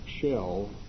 shell